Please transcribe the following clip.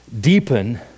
deepen